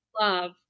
love